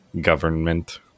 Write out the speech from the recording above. government